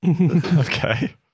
Okay